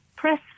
Press